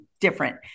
different